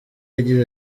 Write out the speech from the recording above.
yagize